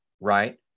right